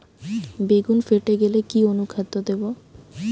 বেগুন ফেটে গেলে কি অনুখাদ্য দেবো?